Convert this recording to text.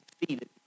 Defeated